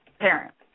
parents